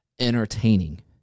entertaining